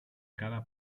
cada